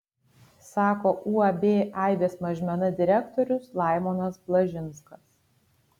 sako uab aibės mažmena direktorius laimonas blažinskas